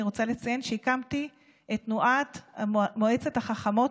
אני רוצה לציין שהקמתי את תנועת מועצת החכמות